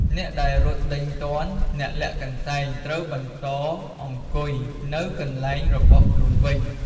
អ្នកដែលរត់ដេញទាន់ អ្នកលាក់កន្សែងត្រូវបន្តអង្គុយនៅកន្លែងរបស់ខ្លួនវិញ។